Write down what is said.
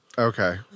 Okay